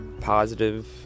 positive